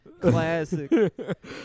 Classic